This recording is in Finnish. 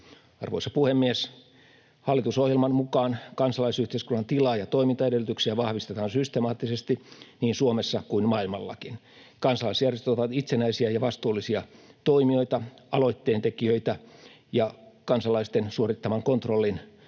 Arvoisa puhemies! Hallitusohjelman mukaan kansalaisyhteiskunnan tilaa ja toimintaedellytyksiä vahvistetaan systemaattisesti niin Suomessa kuin maailmallakin. Kansalaisjärjestöt ovat itsenäisiä ja vastuullisia toimijoita, aloitteentekijöitä, ja kansalaisten suorittaman kontrollin